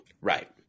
Right